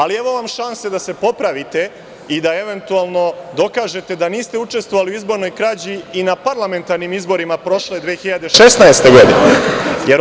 Ali, evo vam šanse da se popravite i da eventualno dokažete da niste učestvovali u izbornoj krađi i na parlamentarnim izborima, prošle 2016. godine.